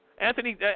Anthony